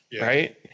right